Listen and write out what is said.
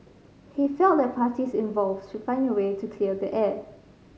he felt that the parties involved should find a way to clear the air